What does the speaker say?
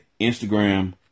Instagram